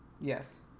Yes